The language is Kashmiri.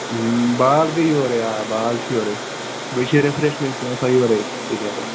بال گٔے یورَے آ بال چھِ یورَے بیٚیہِ چھُ رِفریشمنٛٹ تہِ آسان یورَے پُلیرَن